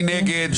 מי נגד?